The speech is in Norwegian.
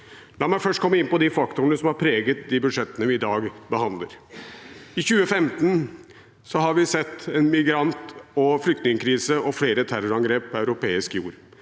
La meg først komme inn på de faktorene som har preget de budsjettene vi i dag behandler. I 2015 har vi sett en migrant- og flyktningkrise og flere terrorangrep på europeisk jord.